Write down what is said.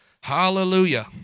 Hallelujah